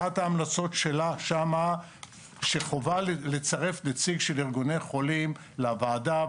אחת ההמלצות שלה היא שחובה לצרף נציג של ארגוני חולים לוועדה.